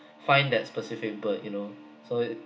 find that specific bird you know so